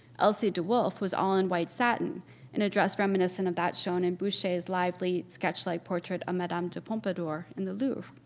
elsie de wolfe was all in white satin in a dress reminiscent of that shown in boucher's lively sketch-like portrait of madame de pompadour in the louvre.